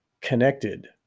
connected